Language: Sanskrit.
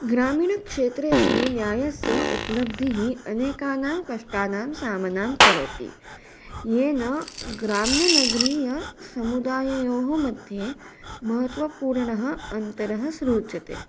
ग्रामीणक्षेत्रेषु न्यायस्य उप्लब्धिः अनेकानां कष्टानां समानं करोति येन ग्राम्यनगरीयसमुदाययोः मध्ये महत्वपूर्णः अन्तरः सूच्यते